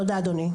תודה אדוני.